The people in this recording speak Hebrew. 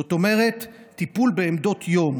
זאת אומרת, טיפול בעמדות יום